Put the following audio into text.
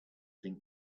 think